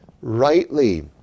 rightly